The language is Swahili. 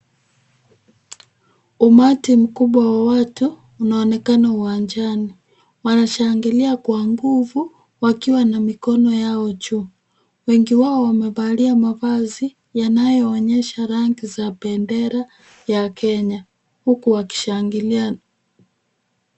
Umati mkubwa wa watu unaonekana uwanjani. Wanashangilia kwa nguvu wakiwa na mikono yao juu. Wengi wao wamevalia mavazi yanayoonyesha rangi za bendera ya Kenya huku wakishangilia.